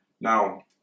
Now